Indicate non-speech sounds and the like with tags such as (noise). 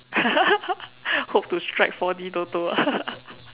(laughs) hope to strike four-D Toto ah (laughs)